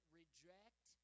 reject